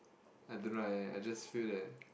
I don't know I I just feel that